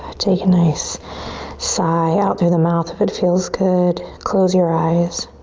take a nice sigh out through the mouth if it feels good. close your eyes.